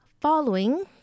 following